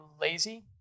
lazy